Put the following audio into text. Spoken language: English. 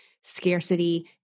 scarcity